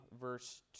verse